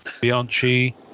bianchi